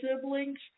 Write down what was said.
siblings